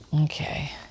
Okay